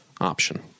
option